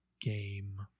game